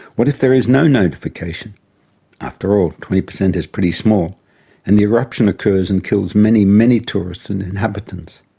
what if there is no notification after all twenty percent is pretty small and the eruption occurs and kills many, many tourists and inhabitants?